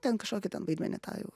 ten kažkokį ten vaidmenį tą jau